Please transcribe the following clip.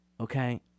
okay